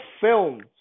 films